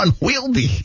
Unwieldy